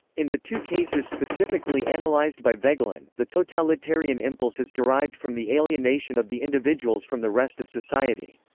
in the two cases specifically analyzed by voegelin, the totalitarian impulse is derived from the alienation of the individuals from the rest of society.